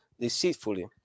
deceitfully